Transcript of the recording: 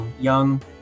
Young